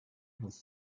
with